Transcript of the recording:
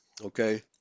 Okay